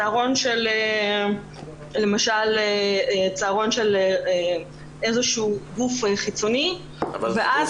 צהרון של למשל איזה שהוא גוף חיצוני ואז